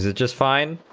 ah just fine